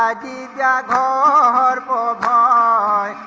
da da da da da da